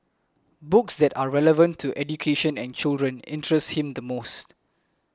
books that are relevant to education and children interest him the most